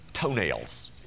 Toenails